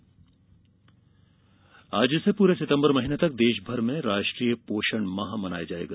पोषण माह आज से पूरे सितंबर महीने तक देशभर में राष्ट्रीय पोषण माह मनाया जाएगा